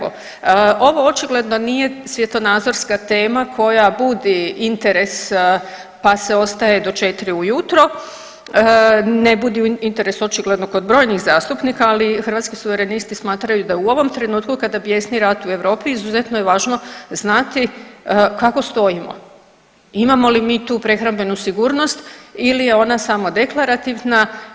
Ovo očigledno nije svjetonazorska tema koja budi interes pa se ostaje do četiri ujutro, ne budi interes očigledno kod brojnih zastupnika, ali Hrvatski suverenisti smatraju da u ovom trenutku kada bjesni rad u Europi izuzetno je važno znati kako stojimo, imamo li mi tu prehrambenu sigurnost ili je ona samo deklarativna.